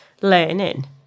learning